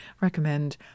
recommend